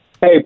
Hey